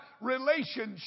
relationship